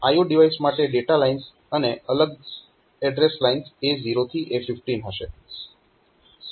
તો IO device માટે data lines અને અલગ એડ્રેસ લાઇન્સ A0 થી A15 હશે સમયનો સંદર્ભ 0748